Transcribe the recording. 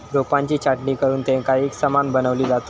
रोपांची छाटणी करुन तेंका एकसमान बनवली जातत